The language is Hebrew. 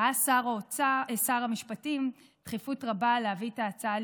ראה שר המשפטים דחיפות רבה להביא את ההצעה